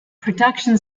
production